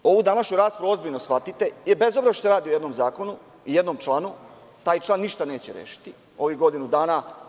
Molim vas da ovu današnju raspravu ozbiljno shvatite, jer bez obzira što se radi o jednom zakonu i jednom članu, taj član ništa neće rešiti ovih godinu dana.